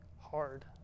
hard